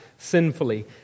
sinfully